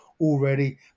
already